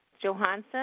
Johansson